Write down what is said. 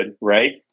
right